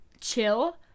chill